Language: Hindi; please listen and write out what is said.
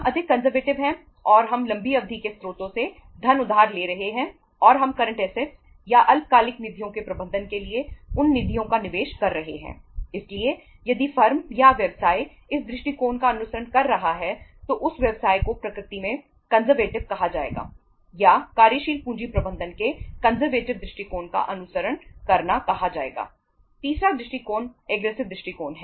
हम अधिक कंजरवेटिव दृष्टिकोण है